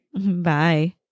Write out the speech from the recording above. Bye